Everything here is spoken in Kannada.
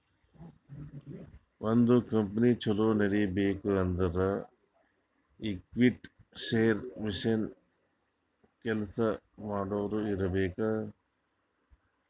ಒಂದ್ ಕಂಪನಿ ಛಲೋ ನಡಿಬೇಕ್ ಅಂದುರ್ ಈಕ್ವಿಟಿ, ಶೇರ್, ಮಷಿನ್, ಕೆಲ್ಸಾ ಮಾಡೋರು ಇರ್ಬೇಕ್